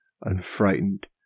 unfrightened